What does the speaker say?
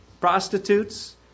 prostitutes